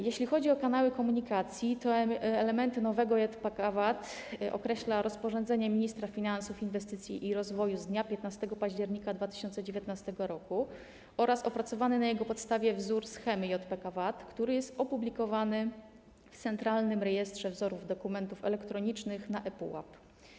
Jeśli chodzi o kanały komunikacji, to elementy nowego JPK_VAT określa rozporządzenie ministra finansów, inwestycji i rozwoju z dnia 15 października 2019 r. oraz opracowany na jego podstawie wzór schemy JPK_VAT, który jest opublikowany w centralnym rejestrze wzorów dokumentów elektronicznych na ePUAP.